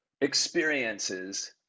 experiences